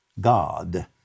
God